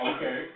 Okay